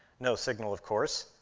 no signal, of course.